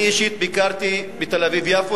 אני אישית ביקרתי בתל-אביב יפו,